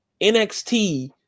NXT